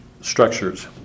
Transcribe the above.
structures